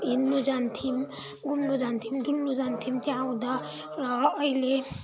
हिँड्नु जान्थ्यौँ घुम्नु जान्थ्यौँ डुल्नु जान्थ्यौँ त्यहाँ आउँदा र अहिले